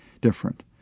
different